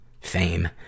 fame